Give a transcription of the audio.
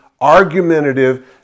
argumentative